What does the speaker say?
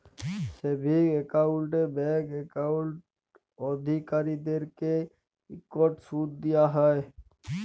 savings একাউল্টে bank account অধিকারীদেরকে ইকট সুদ দিয়া হ্যয়